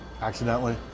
Accidentally